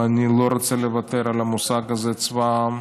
ואני לא רוצה לוותר על המושג הזה, צבא העם,